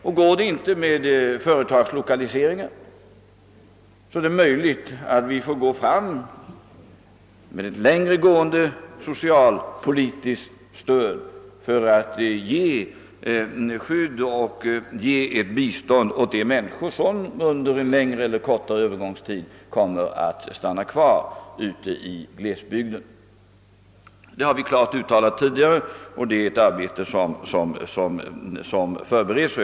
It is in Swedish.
Och går det inte att åstadkomma det med företagslokalisering är det möjligt att vi får gå fram med ett längre gående socialpolitiskt stöd för att bistå de människor som under en längre eller kortare övergångstid stannar kvar i glesbygden. Det har vi klart uttalat tidigare, och det arbetet förberedes nu.